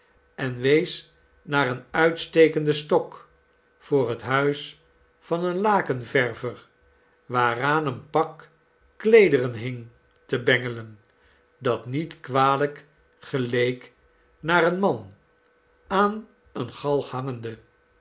en wees naar een uitstekenden stok voor het huis van een lakenverver waaraan een pak kleederen hing te bengelen dat niet kwalijk geleek naar een man aan eene galg hangende